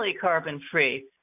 carbon-free